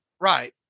Right